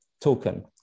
token